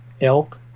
elk